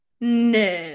no